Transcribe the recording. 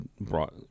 brought